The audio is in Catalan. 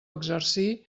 exercir